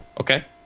Okay